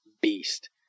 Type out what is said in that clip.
beast